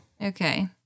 Okay